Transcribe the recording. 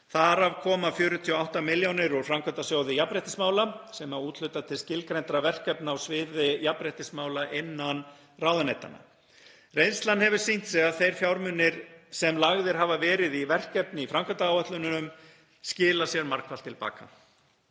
Þar af koma 48 millj. kr. úr framkvæmdasjóði jafnréttismála sem úthlutar til skilgreindra verkefna á sviði jafnréttismála innan ráðuneytanna. Reynslan hefur sýnt að þeir fjármunir sem lagðir hafa verið í verkefni í framkvæmdaáætlunum skilar sér margfalt til baka.